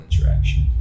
interaction